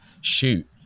shoot